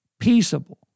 peaceable